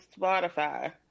Spotify